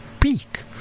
peak